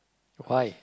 why